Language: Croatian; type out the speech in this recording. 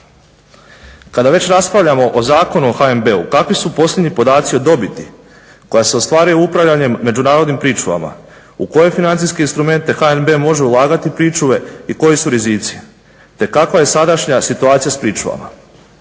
Kada već raspravljamo o Zakonu o HNB-u kakvi su posljednji podaci o dobiti koja se ostvaruje upravljanjem međunarodnim pričuvama, u koje financijske instrumente HNB može ulagati pričuve i koji su rizici, te kakva je sadašnja situacija s pričuvama?